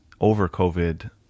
over-COVID